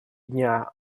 дня